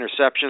interceptions